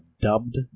dubbed